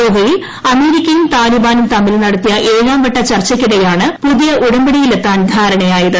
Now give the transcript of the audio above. ദോഹയിൽ അമേരി ക്കയും താലിബാനും തമ്മിൽ നടത്തിയിട്ട് ഏഴാം വട്ട ചർച്ചയ്ക്കിടെ യാണ് പുതിയ ഉടമ്പടിയിലെത്താൻ ധ്യാർണ്യായത്